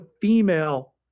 female